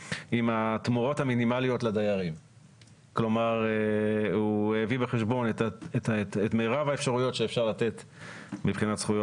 אנחנו רוצים להצביע קודם כל על הבעייתיות שקיימת במילה 'עד' 400%. אנחנו יודעים שכשהמילה עד תוחמת את התקרה המקסימלית הרי הרשויות